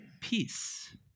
Peace